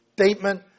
statement